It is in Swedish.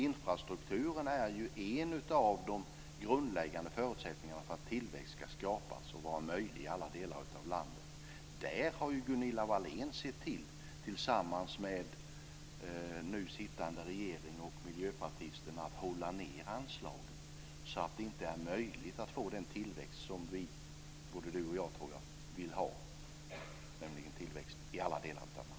Infrastrukturen är ju en av de grundläggande förutsättningarna för att tillväxt ska skapas och vara möjlig i alla delar av landet. Där har Gunilla Wahlén sett till, tillsammans med nu sittande regering och miljöpartisterna, att hålla nere anslagen så att det inte är möjligt att få den tillväxt som jag tror att både Gunilla Wahlén och jag vill ha, nämligen tillväxt i alla delar av landet.